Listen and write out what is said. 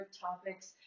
topics